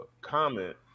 comment